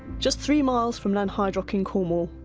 just three miles from lanhydrock in cornwall,